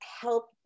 help